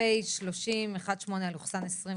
פ/3018/24,